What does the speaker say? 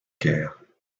caire